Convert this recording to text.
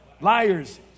liars